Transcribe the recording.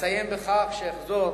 ואסיים בכך שאחזור